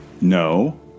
No